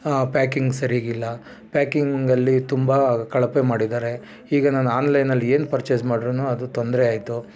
ಆ ಪ್ಯಾಕಿಂಗ್ ಸರಿಗಿಲ್ಲ ಪ್ಯಾಕಿಂಗಲ್ಲಿ ತುಂಬ ಕಳಪೆ ಮಾಡಿದಾರೆ ಈಗ ನಾನು ಆನ್ಲೈನಲ್ಲಿ ಏನು ಪರ್ಚೇಸ್ ಮಾಡ್ರುನು ಅದು ತೊಂದರೆಯಾಯ್ತು